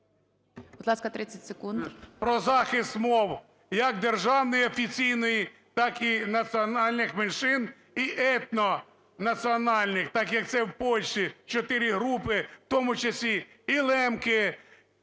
про захист мов, як державної офіційної, так і національних меншин і етнонаціональних, так як це в Польщі, чотири групи, в тому числі і лемки, і роми.